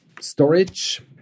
Storage